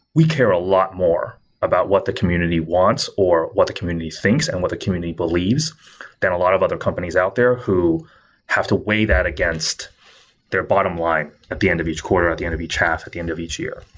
we care a lot more about what the community wants or what the community thinks and what the community believes that a lot of other companies out there who have to weigh that against against their bottom line at the end of each quarter, at the end of each half, at the end of each year.